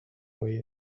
way